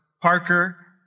Parker